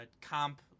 comp